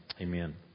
Amen